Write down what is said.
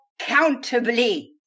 accountably